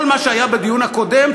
כל מה שהיה בדיון הקודם,